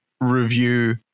review